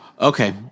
Okay